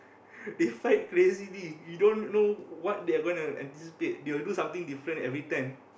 they fight crazily you don't know what they're gonna anticipate they will do something different every time